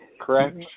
correct